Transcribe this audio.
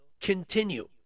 continue